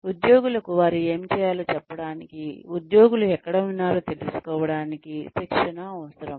ఉద్యోగులకు వారు ఏమి చేయాలో చెప్పడానికి ఉద్యోగులు ఎక్కడ ఉన్నారో తెలుసుకోవడానికి శిక్షణ అవసరం